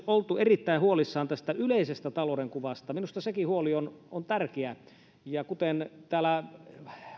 oltu erittäin huolissaan myös tästä yleisestä talouden kuvasta minusta sekin huoli on on tärkeä ja kuten täällä